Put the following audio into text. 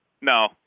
No